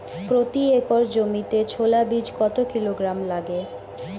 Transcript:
প্রতি একর জমিতে ছোলা বীজ কত কিলোগ্রাম লাগে?